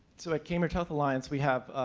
so at cambridge health alliance, we have